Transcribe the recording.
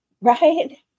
Right